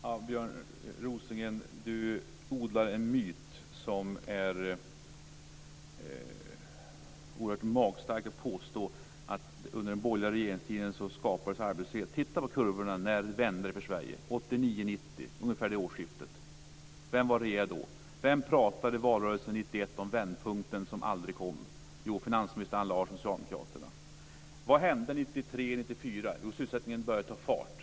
Fru talman! Björn Rosengren odlar en myt. Det är magstarkt att påstå att det skapades arbetslöshet under den borgerliga regeringstiden. Titta på kurvorna när det vände för Sverige - ungefär vid årsskiftet 1991 om vändpunkten som aldrig kom? Jo, finansminister Allan Larsson, socialdemokraterna. Vad hände 1993-1994? Jo, sysselsättningen började ta fart.